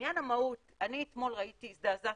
בעניין המהות אני אתמול הזדעזעתי,